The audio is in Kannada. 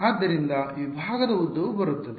ಆದ್ದರಿಂದ ವಿಭಾಗದ ಉದ್ದವು ಬರುತ್ತದೆ